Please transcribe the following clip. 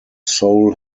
soul